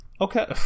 Okay